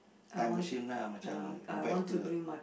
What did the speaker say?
time machine ah macam go back to